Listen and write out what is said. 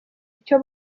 icyo